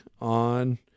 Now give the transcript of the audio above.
on